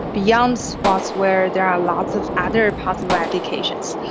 beyond sportswear there are lots of other possible applications,